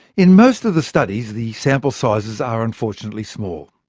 in most of the studies, the sample sizes are unfortunately small.